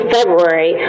February